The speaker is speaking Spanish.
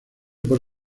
por